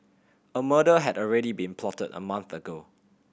a murder had already been plotted a month ago